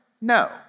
No